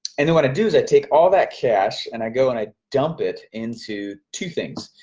and then, what i do is i take all that cash, and i go, and i dump it into two things.